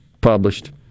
published